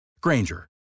Granger